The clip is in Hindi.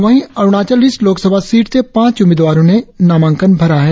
वहीं अरुणाचल ईस्ट लोक सभा सीट से पांच उम्मीदवारों ने पर्चा भरा है